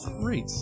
Great